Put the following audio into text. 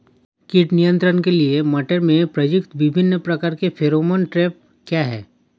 कीट नियंत्रण के लिए मटर में प्रयुक्त विभिन्न प्रकार के फेरोमोन ट्रैप क्या है?